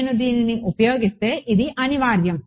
నేను దీనిని ఉపయోగిస్తే ఇది అనివార్యం